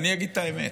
אני אגיד את האמת,